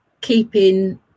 keeping